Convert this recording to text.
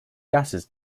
gases